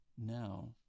now